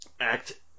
act